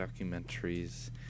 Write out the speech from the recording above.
documentaries